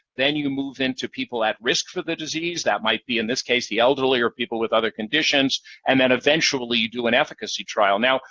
then you move into people at risk for the disease that might be in this case the elderly or people with other conditions and then eventually do an efficacy trial. now,